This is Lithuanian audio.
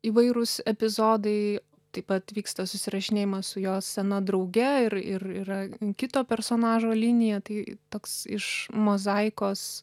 įvairūs epizodai taip pat vyksta susirašinėjimas su jo sena drauge ir ir yra kito personažo linija tai toks iš mozaikos